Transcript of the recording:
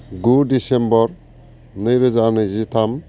गु डिसेम्बर नैरोजा नैजिथाम